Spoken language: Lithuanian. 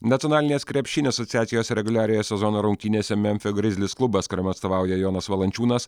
nacionalinės krepšinio asociacijos reguliariojo sezono rungtynėse memfio grizlis klubas kuriam atstovauja jonas valančiūnas